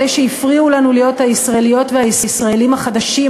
אלה שהפריעו לנו להיות הישראליות והישראלים החדשים,